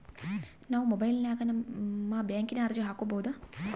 ನಾವು ಮೊಬೈಲಿನ್ಯಾಗ ನಿಮ್ಮ ಬ್ಯಾಂಕಿನ ಅರ್ಜಿ ಹಾಕೊಬಹುದಾ?